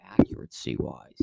accuracy-wise